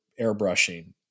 airbrushing